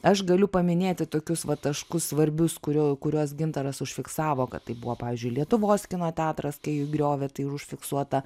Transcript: aš galiu paminėti tokius va taškus svarbius kurio kuriuos gintaras užfiksavo kad tai buvo pavyzdžiui lietuvos kino teatras kai griovė tai užfiksuota